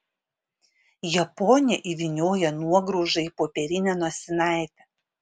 japonė įvynioja nuograužą į popierinę nosinaitę